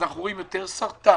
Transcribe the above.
אנחנו רואים יותר סרטן,